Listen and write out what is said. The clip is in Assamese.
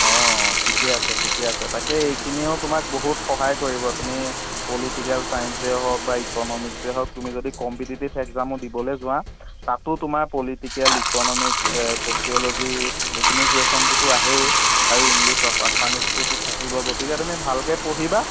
অঁ ঠিকে আছে ঠিকে আছে তাকে এইখিনিয়েও তোমাক বহুত সহায় কৰিব তুমি পলিটিকেল চাইন্সে হওক বা ইকনমিক্সে হওক তুমি যদি কম্পিটিটিভ এক্সামো দিবলৈ যোৱা তাতো তোমাৰ পলিটিকেল ইকন'মিক্স ছ'চিয়লজি এইখিনি কুৱেশ্যনটোতো আহেই আৰু ইংলিছ আচামিচটোতো থাকিব গতিকে তুমি ভালকৈ পঢ়িবা